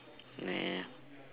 neh